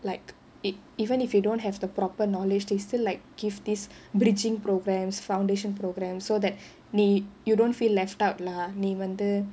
like ev~ even if you don't have the proper knowledge they still like give this bridging programmes foundation programmes so that நீ:nee you don't feel left out lah நீ வந்து:nee vanthu